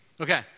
Okay